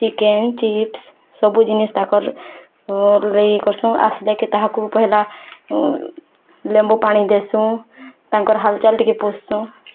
chicken chips ସବୁ ଜିନିଷ୍ ତାକର୍ କରସୁଁ ଆସିଲାକୁ ତାହାକୁ ପହେଲା ଲେମ୍ୱୁପାଣି ଦେସୁଁ ତାଙ୍କର ହାଲ୍ଚଲ୍ ଟିକେ ପୁଛସୁଁ